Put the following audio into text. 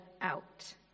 out